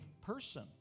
person